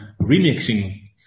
remixing